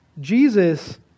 Jesus